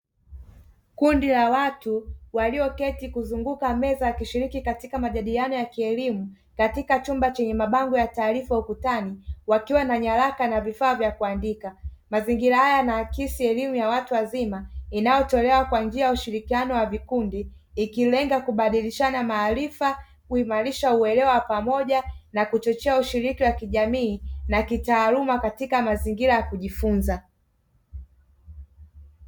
Kundi la watu walioketi kuzunguka meza wakishiriki katika majadiliano ya kielimu, katika chumba chenye mabango ya taarifa ukutani, wakiwa na nyaraka na vifaa vya kuandika mazingira haya yanaakisi elimu ya watu wazima, inayotolewa kwa njia ya ushirikiano wa vikundi ikilenga kubadilishana maarifa, kuimarisha uelewa wa pamoja, na kuchochea ushiriki wa kijamii na kitaaluma katika mazingira ya kujifunza.